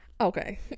okay